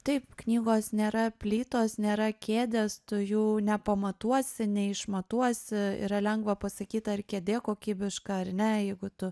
taip knygos nėra plytos nėra kėdės tu jų nepamatuosi neišmatuosi yra lengva pasakyt ar kėdė kokybiška ar ne jeigu tu